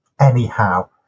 Anyhow